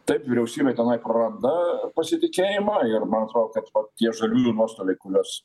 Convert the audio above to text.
taip vyriausybė tenai praranda pasitikėjimą ir man atrodo kad va tie žaliųjų nuostoliai kuriuos